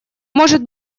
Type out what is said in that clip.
может